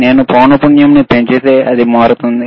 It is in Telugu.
నేను పౌనపున్యంని పెంచితే అది మారుతోంది